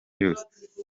yose